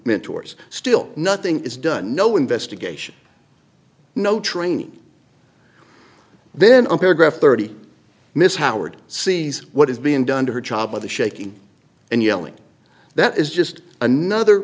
mentors still nothing is done no investigation no training then on paragraph thirty miss howard sees what is being done to her child by the shaking and yelling that is just another